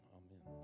amen